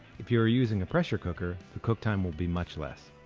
if you are using a pressure cooker, the cook time will be much less.